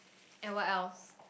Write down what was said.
and what else